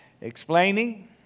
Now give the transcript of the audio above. explaining